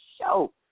show